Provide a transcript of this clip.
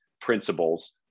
principles